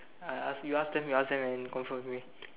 I ask you ask them you ask them and confirm with me